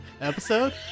episode